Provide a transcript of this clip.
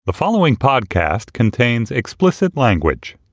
the following podcast contains explicit language